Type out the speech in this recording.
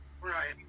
right